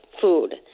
food